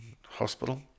hospital